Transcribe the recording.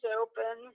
open